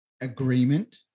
Agreement